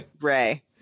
Ray